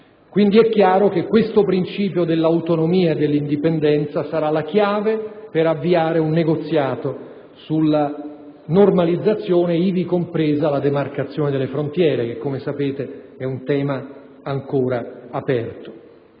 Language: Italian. quindi che il principio dell'autonomia e dell'indipendenza sarà la chiave per avviare un negoziato sulla normalizzazione, ivi compresa la demarcazione delle frontiere, che, come sapete, è un tema ancora aperto.